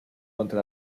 contra